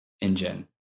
engine